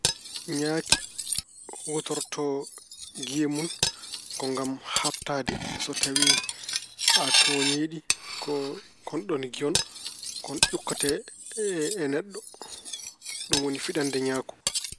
Ñaaki huutorto giye mun ko ngam haɓtaade. So tawi a tooñii ɗi, ko konɗoon giyon kon ƴukkata e neɗɗo. Ɗum woni fiɗannde ñaaku.